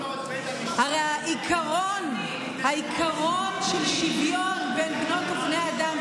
הרי העיקרון של שוויון בין בנות ובני אדם,